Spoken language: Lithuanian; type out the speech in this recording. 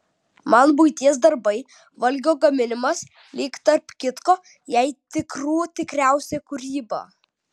man buities darbai valgio gaminimas lyg tarp kitko jai tikrų tikriausia kūryba